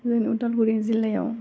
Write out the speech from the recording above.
जोंनि अदालगुरि जिल्लायाव